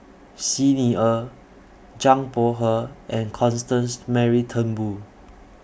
Xi Ni Er Zhang Bohe and Constance Mary Turnbull